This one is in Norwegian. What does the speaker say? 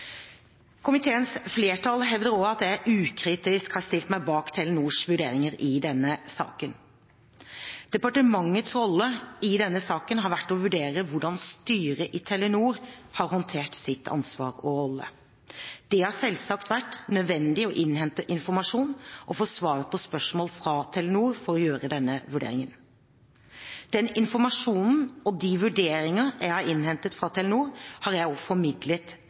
Komiteens flertall hevder også at jeg ukritisk har stilt meg bak Telenors vurderinger i denne saken. Departementets rolle i denne saken har vært å vurdere hvordan styret i Telenor har håndtert sitt ansvar og sin rolle. Det har selvsagt vært nødvendig å innhente informasjon og få svar på spørsmål fra Telenor for å gjøre denne vurderingen. Den informasjonen og de vurderinger som jeg har innhentet fra Telenor, har jeg også formidlet